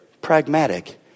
Pragmatic